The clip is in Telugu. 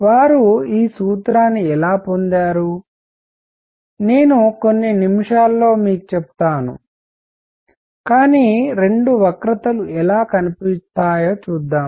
వారు ఈ సూత్రాన్ని ఎలా పొందారు నేను కొన్ని నిమిషాల్లో మీకు చెప్తాను కాని రెండు వక్రతలు ఎలా కనిపిస్తాయో చూద్దాం